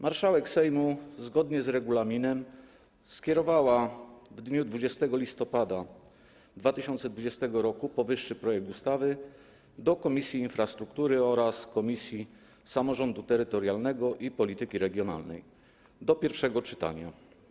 Marszałek Sejmu, zgodnie z regulaminem, skierowała w dniu 20 listopada 2020 r. powyższy projekt ustawy do Komisji Infrastruktury oraz Komisji Samorządu Terytorialnego i Polityki Regionalnej do pierwszego czytania.